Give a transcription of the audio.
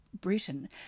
Britain